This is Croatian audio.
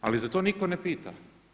Ali za to nitko ne pita.